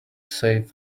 save